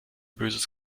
böses